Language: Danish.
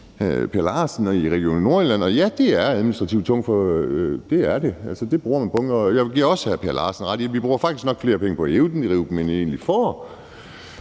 Per Larsen i Region Nordjylland, og ja, det er administrativt tungt, det er det. Jeg vil også give hr. Per Larsen ret i, at vi nok bruger flere penge på at inddrive